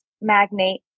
magnate